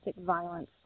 violence